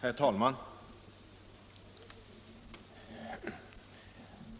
Herr talman!